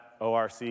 ORC